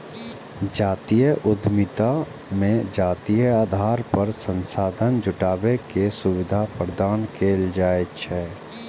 जातीय उद्यमिता मे जातीय आधार पर संसाधन जुटाबै के सुविधा प्रदान कैल जाइ छै